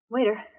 Waiter